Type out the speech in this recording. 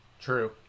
True